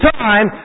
time